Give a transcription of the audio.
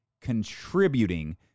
contributing